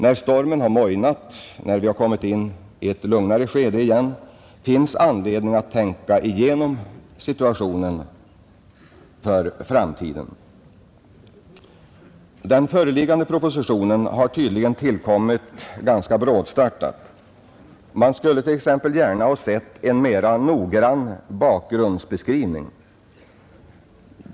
När stormen mojnat, när vi kommit in i ett lugnare skede igen, finns anledning att tänka igenom situationen för framtiden. Den föreliggande propositionen har tydligen tillkommit ganska brådstörtat; man skulle t.ex. gärna ha sett en mera noggrann bakgrundsbeskrivning.